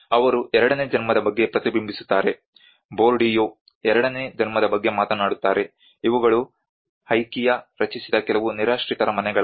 ಅವರು ಎರಡನೇ ಜನ್ಮದ ಬಗ್ಗೆ ಪ್ರತಿಬಿಂಬಿಸುತ್ತಾರೆ ಬೌರ್ಡಿಯು ಎರಡನೇ ಜನ್ಮದ ಬಗ್ಗೆ ಮಾತನಾಡುತ್ತಾರೆ ಇವುಗಳು ಐಕಿಯಾ ರಚಿಸಿದ ಕೆಲವು ನಿರಾಶ್ರಿತರ ಮನೆಗಳಾಗಿವೆ